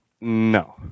no